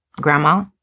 Grandma